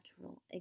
natural